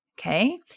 Okay